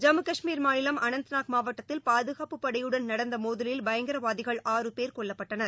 ஜம்மு கஷ்மீர் மாநிலம் அனந்த்நாக் மாவட்டத்தில் பாதுகாப்புப் படையுடன் நடந்தமோதலில் பயங்கரவாதிகள் ஆறு பேர் கொல்லப்பட்டனர்